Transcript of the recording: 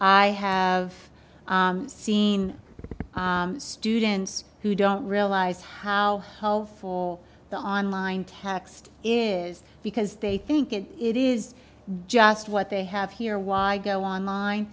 i have seen students who don't realize how powerful the online text is because they think it it is just what they have here why go online